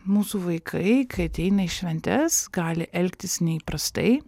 mūsų vaikai kai ateina į šventes gali elgtis neįprastai